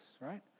right